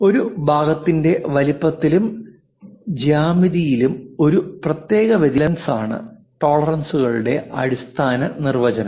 ഒരു ഭാഗത്തിന്റെ വലുപ്പത്തിലും ജ്യാമിതിയിലും ഒരു പ്രത്യേക വ്യതിയാനത്തിനുള്ള അലവൻസാണ് ടോളറൻസുകളുടെ അടിസ്ഥാന നിർവചനം